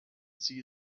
see